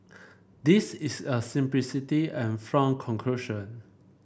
this is a simplistic and flawed conclusion